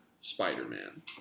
spider-man